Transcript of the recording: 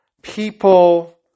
People